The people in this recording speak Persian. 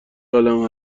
عالم